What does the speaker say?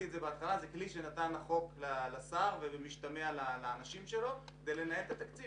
זה כלי שנתן החוק לשר ולאנשיו על מנת לנהל את התקציב.